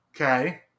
Okay